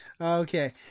okay